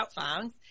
songs